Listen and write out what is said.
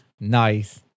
nice